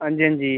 हांजी हांजी